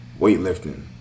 Weightlifting